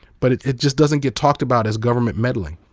but it it just doesn't get talked about as government meddling.